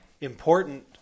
important